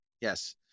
yes